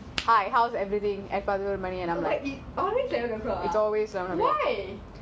hi how's everything பதின்னுரு மணி:pathunooru mani and I'm like it's always a